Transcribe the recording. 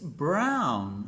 brown